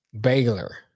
Baylor